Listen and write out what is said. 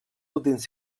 últims